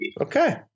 Okay